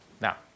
Now